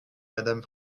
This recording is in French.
madame